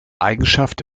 eigenschaft